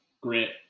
grit